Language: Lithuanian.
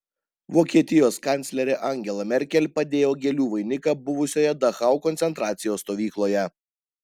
vokietijos kanclerė angela merkel padėjo gėlių vainiką buvusioje dachau koncentracijos stovykloje